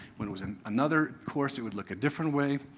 when it was in another course it would look a different way.